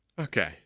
Okay